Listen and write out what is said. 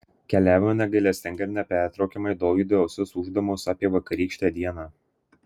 keliavome negailestingai ir nepertraukiamai dovydui ausis ūždamos apie vakarykštę dieną